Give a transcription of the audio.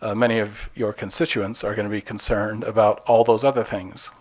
ah many of your constituents are going to be concerned about all those other things,